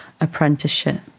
apprenticeship